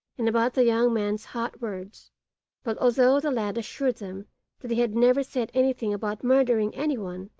and about the young man's hot words but although the lad assured them that he had never said anything about murdering anyone,